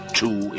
two